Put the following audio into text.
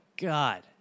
God